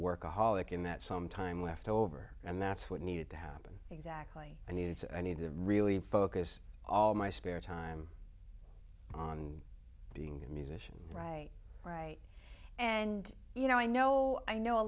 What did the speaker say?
workaholic in that some time left over and that's what needed to happen exactly i need to i need to really focus all my spare time on being a musician right right and you know i know i know a